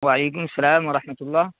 وعلیکم السلام ورحمۃ اللہ